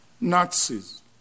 Nazis